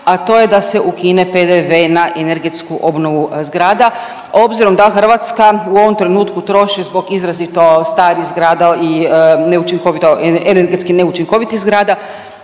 a to je da se ukine PDV na energetsku obnovu zgrada, obzirom da Hrvatska u ovom trenutku troši zbog izrazito starih zgrada i energetski neučinkovitih zgrada,